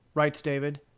writes david,